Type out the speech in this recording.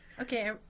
okay